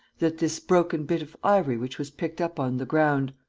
that this broken bit of ivory which was picked up on the ground.